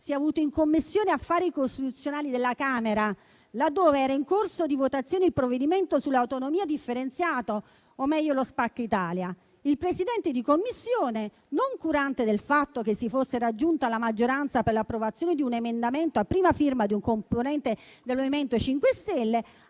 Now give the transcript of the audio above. si è avuto in Commissione affari costituzionali della Camera, laddove era in corso di votazione il provvedimento sull'autonomia differenziata o meglio lo "spacca Italia". Il Presidente di Commissione, non curante del fatto che si fosse raggiunta la maggioranza per l'approvazione di un emendamento a prima firma di un componente del MoVimento 5 Stelle,